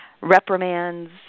reprimands